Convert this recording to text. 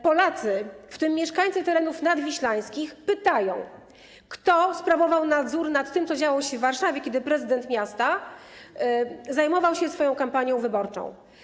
Polacy, w tym mieszkańcy terenów nadwiślańskich, pytają, kto sprawował nadzór nad tym, co działo się w Warszawie, kiedy prezydent miasta zajmował się swoją kampanią wyborczą.